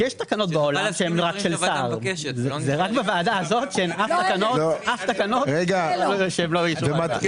זה רק בוועדה הזאת שאין אף תקנות שהם לא באישור ועדה.